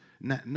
no